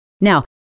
Now